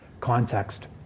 context